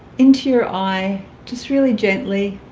into your eye just really gently